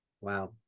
Wow